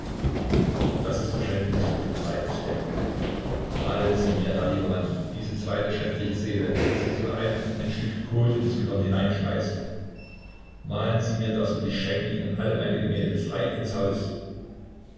das ist doch schändlich so von falk zu denken malen sie mir herr liebermann diese zweite schändliche seele wie sie so einem ein stück kot ins gehirn hineinschmeißt malen sie mir das und ich schenke ihnen alle meine gemälde frei ins haus